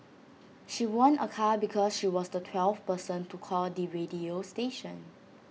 she won A car because she was the twelfth person to call the radio station